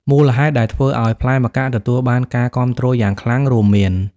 មូលហេតុដែលធ្វើឲ្យផ្លែម្កាក់ទទួលបានការគាំទ្រយ៉ាងខ្លាំងរួមមាន